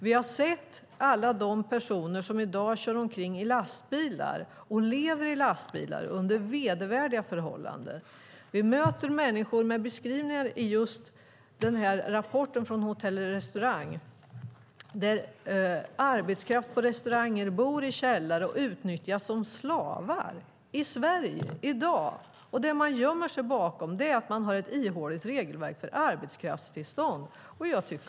Vi har sett alla de personer som i dag kör omkring i lastbilar och lever i lastbilar under vedervärdiga förhållanden. Vi möter sådana människor i beskrivningarna i rapporten från Hotell och Restaurangfacket där arbetskraft på restauranger bor i källare och utnyttjas som slavar. Detta sker i Sverige i dag. Det man gömmer sig bakom är att det finns ett ihåligt regelverk för arbetskraftstillstånd.